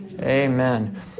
Amen